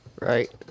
Right